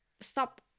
stop